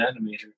animator